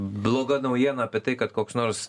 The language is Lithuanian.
bloga naujiena apie tai kad koks nors